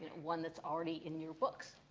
one that's already in your books.